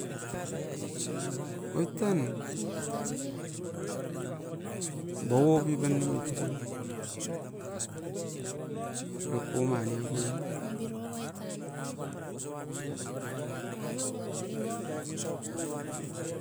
Oit tan bobo pipan nemit eren, era koma nia poi mit.